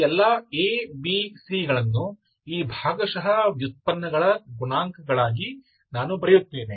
ಈ ಎಲ್ಲಾ A B C ಗಳನ್ನು ಈ ಭಾಗಶಃ ವ್ಯುತ್ಪನ್ನಗಳ ಗುಣಾಂಕಗಳಾಗಿ ನಾನು ಬರೆಯುತ್ತೇನೆ